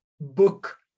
book